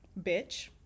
Bitch